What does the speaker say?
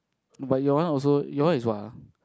but your one also your one is what ah